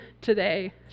today